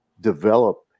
develop